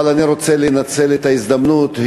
אבל אני רוצה לנצל את ההזדמנות,